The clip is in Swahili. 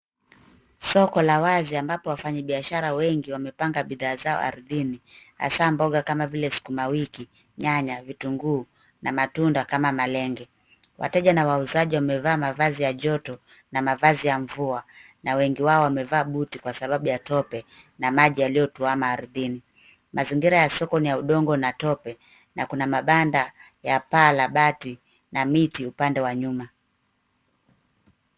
Soko la wazi ambapo wafanyabiashara wengi wamepanga bidhaa zao ardhini, hasa mboga kama vile sukuma wiki, nyanya, vitunguu na matunda kama malenge. Wateja na wauzaji wamevaa mavazi ya joto na mavazi ya mvua na wengi wao wamevaa buti kwa sababu ya tope na maji yaliyotuama ardhini. Mazingira ya soko ni ya udongo na tope na kuna mabanda ya palabati na miti upande wa nyuma.